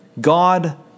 God